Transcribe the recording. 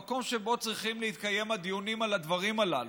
המקום שבו צריכים להתקיים הדיונים על הדברים הללו,